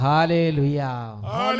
Hallelujah